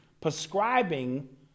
prescribing